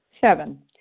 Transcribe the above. Seven